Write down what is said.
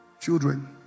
children